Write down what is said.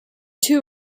two